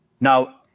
Now